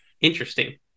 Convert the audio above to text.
Interesting